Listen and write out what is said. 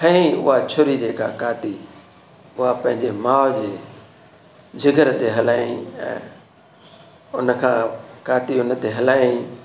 खयाईं उहा छुरी जेका काती उहा पंहिंजे माउ जे जिगर ते हलाईं ऐं उन खां काती हुन ते हलायईं